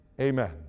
Amen